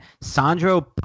sandro